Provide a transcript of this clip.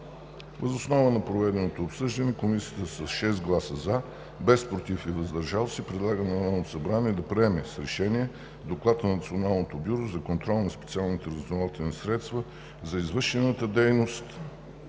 Въз основа на проведеното обсъждане Комисията с 6 гласа „за“, без „против“ и „въздържал се“ предлага на Народното събрание да приеме с решение Доклад на Националното бюро за контрол на специалните разузнавателни средства за извършената дейност